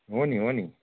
हो नि हो नि